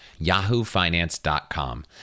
yahoofinance.com